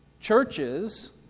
Churches